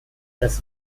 das